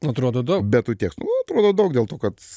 atrodo daug bet tų tekstų atrodo daug dėl to kad